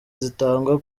zitangwa